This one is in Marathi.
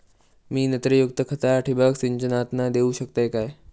मी नत्रयुक्त खता ठिबक सिंचनातना देऊ शकतय काय?